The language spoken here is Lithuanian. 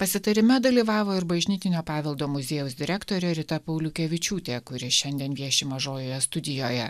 pasitarime dalyvavo ir bažnytinio paveldo muziejaus direktorė rita pauliukevičiūtė kuri šiandien vieši mažojoje studijoje